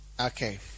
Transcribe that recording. Okay